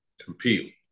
compete